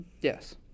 Yes